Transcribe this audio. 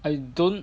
I don't